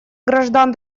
граждан